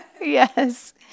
Yes